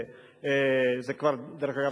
דרך אגב,